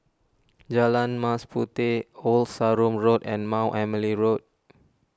Jalan Mas Puteh Old Sarum Road and Mount Emily Road